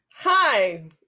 Hi